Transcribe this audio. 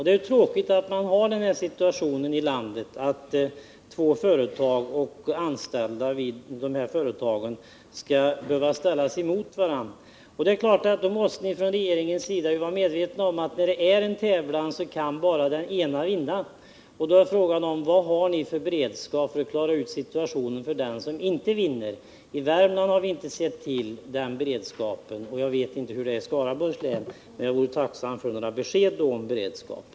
Det är tråkigt att vi har en sådan situation i landet att två företag och de anställda vid dessa skall behöva ställas emot varandra. Regeringen måste väl vara medveten om att i en sådan tävlan mellan de två bara det ena kan vinna. Då uppstår frågan: Vilken beredskap finns för att reda ut situationen för det företag som inte vinner? I Värmland har vi i varje fall inte sett till någon sådan beredskap — hur det förhåller sig i Skaraborgs län vet jag inte. Jag vore tacksam för ett besked om beredskapen.